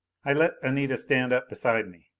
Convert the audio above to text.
i let anita stand up beside me,